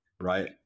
Right